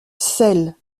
celle